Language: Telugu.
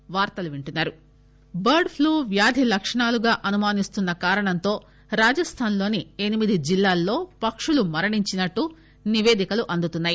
Rajasthan bird flu bird flu వ్యాధి లక్షణాలుగా అనుమానిస్తున్న కారణంతో రాజస్థాన్ లోని ఎనిమిది జిల్లాల్లో పక్షులు మరణించినట్టు నిపేదికలు అందుతున్నాయి